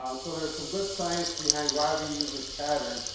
um so there's some good science behind why we use this pattern.